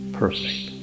perfect